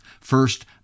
First